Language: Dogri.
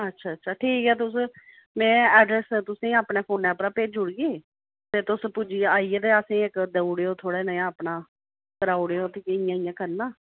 अच्छा अच्छा ठीक ऐ तुस में अड्रैस तुसेंगी अपने फोनै उप्परा भेजी उड़गी ते तुस पुज्जी आइयै ते असेंगी इक देई उड़ेओ अपना थोह्ड़ा अपना सनाई उड़ेओ इयां इयां करना